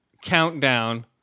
Countdown